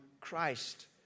Christ